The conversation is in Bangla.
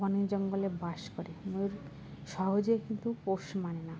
বনে জঙ্গলে বাস করে ময়ূর সহজে কিন্তু পোষ মানেে না